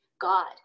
God